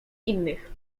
innych